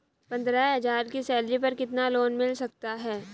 पंद्रह हज़ार की सैलरी पर कितना लोन मिल सकता है?